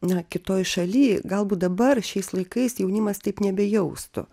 na kitoj šaly galbūt dabar šiais laikais jaunimas taip nebejaustų